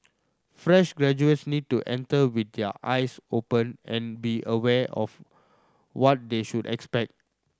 fresh graduates need to enter with their eyes open and be aware of what they should expect